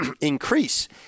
increase